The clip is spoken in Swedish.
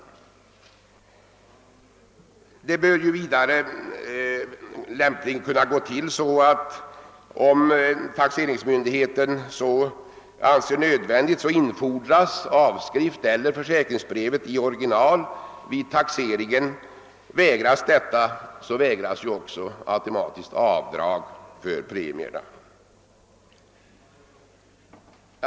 Vidare bör det lämpligen vara så att, om taxeringsmyndigheten så anser nödvändigt, avskrift av försäkringsbrevet eller försäkringsbrevet i original företes vid taxeringen. Vägrar man göra detta, så vägras automatiskt också avdrag för premierna.